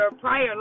prior